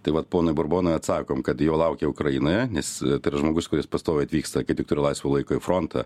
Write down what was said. tai vat ponui burbonui atsakom kad jo laukia ukrainoje nes tai yra žmogus kuris pastoviai atvyksta kai tik turi laisvo laiko į frontą